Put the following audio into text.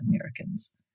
Americans